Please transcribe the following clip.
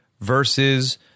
versus